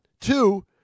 Two